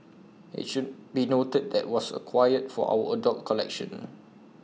IT should be noted that was acquired for our adult collection